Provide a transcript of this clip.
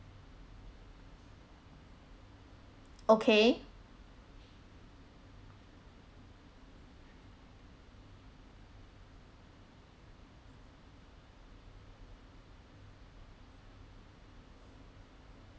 okay